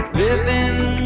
living